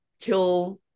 kill